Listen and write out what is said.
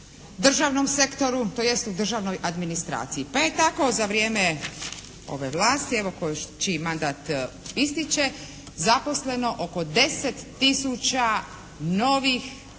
državnom sektoru tj. u državnoj administraciji, pa je tako za vrijeme ove vlasti evo čiji mandat ističe zaposleno oko 10 tisuća novih